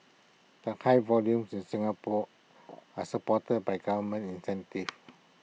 the high volumes in Singapore are supported by government incentives